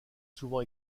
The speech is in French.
souvent